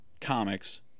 comics